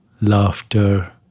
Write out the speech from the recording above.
laughter